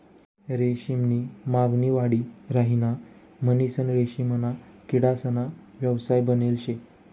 रेशीम नी मागणी वाढी राहिनी म्हणीसन रेशीमना किडासना व्यवसाय बनेल शे